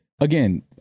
again